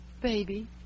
baby